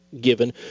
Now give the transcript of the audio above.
given